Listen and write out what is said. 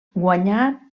guanyà